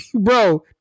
bro